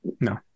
No